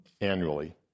annually